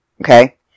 okay